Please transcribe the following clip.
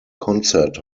concert